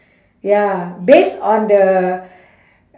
ya based on the